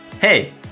hey